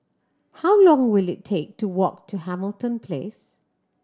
how long will it take to walk to Hamilton Place